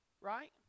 right